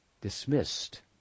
dismissed